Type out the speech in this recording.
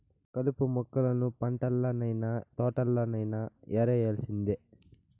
కలుపు మొక్కలను పంటల్లనైన, తోటల్లోనైన యేరేయాల్సిందే